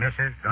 Mrs